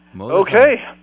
Okay